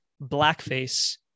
Blackface